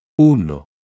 Uno